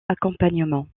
accompagnement